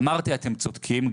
אמרתי: אתם צודקים,